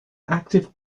active